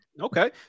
Okay